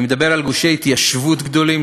אני מדבר על גושי התיישבות גדולים,